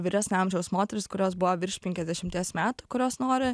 vyresnio amžiaus moterys kurios buvo virš penkiasdešimties metų kurios nori